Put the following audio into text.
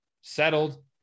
settled